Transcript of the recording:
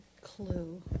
clue